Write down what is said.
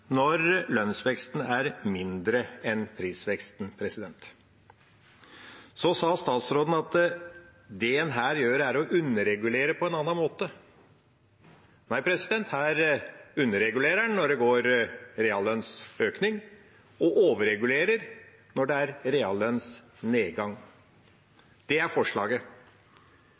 når lønnsveksten er mindre enn prisveksten. Så sa statsråden at det en her gjør, er å underregulere på en annen måte. Nei, her underregulerer en når det er reallønnsøkning og overregulerer når det er reallønnsnedgang. Det er forslaget.